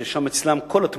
שם כל התמונות,